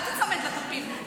אל תיצמד לדפים.